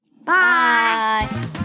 Bye